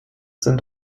sind